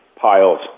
Piles